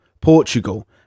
Portugal